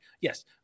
Yes